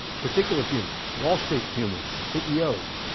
particularly humans, wall street humans, ceos